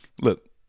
look